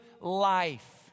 life